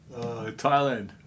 Thailand